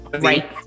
Right